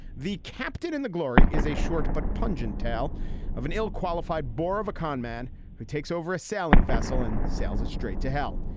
the captain in the glory is a short but pungent tale of an ill qualified bore of a con man who takes over a sailing vessel and sails it straight to hell.